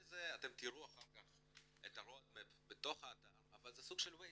אתם תראו אחר כך את המפה בתוך האתר אבל זה סוג של "ווייז"